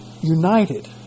united